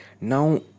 Now